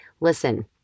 Listen